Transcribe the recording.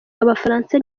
abafaransa